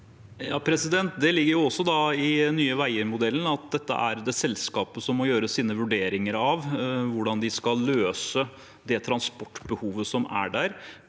Det ligger også i Nye veier-modellen at det er selskapet som må gjøre sine vurderinger av dette – hvordan de skal løse det transportbehovet som er der,